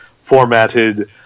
formatted